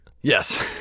Yes